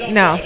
no